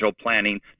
planning